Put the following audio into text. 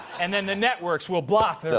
and then the networks will block their